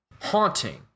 haunting